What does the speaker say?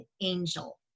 angel